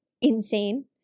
insane